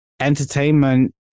entertainment